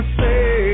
say